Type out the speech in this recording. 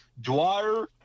Dwyer